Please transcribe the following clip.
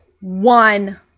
one